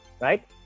Right